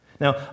Now